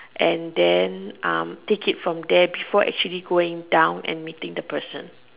and then take it from there before actually going down and meeting the person